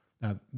Now